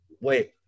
Wait